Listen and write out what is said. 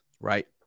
Right